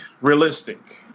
realistic